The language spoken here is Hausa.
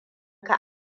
ka